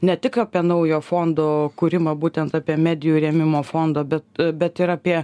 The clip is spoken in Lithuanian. ne tik apie naujo fondo kūrimą būtent apie medijų rėmimo fondo bet bet ir apie